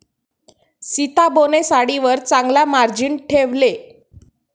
सीताबोने साडीवर चांगला मार्जिन ठेवले